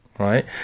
right